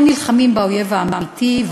כשבעצם אתם לא נלחמים באויב האמיתי,